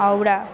Howrah